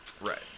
Right